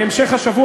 בהמשך השבוע,